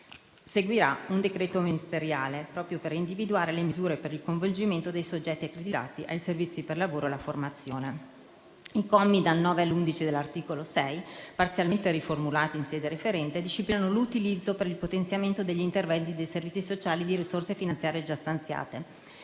Seguirà un decreto ministeriale proprio per individuare le misure per il coinvolgimento dei soggetti accreditati ai servizi per il lavoro e la formazione. I commi dal 9 all'11 dell'articolo 6, parzialmente riformulati in sede referente, disciplinano l'utilizzo per il potenziamento degli interventi dei servizi sociali di risorse finanziarie già stanziate.